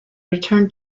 return